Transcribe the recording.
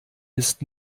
ist